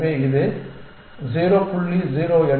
எனவே இது 0